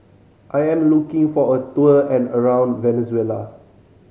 I am looking for a tour around Venezuela